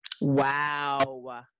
Wow